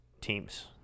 teams